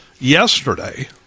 yesterday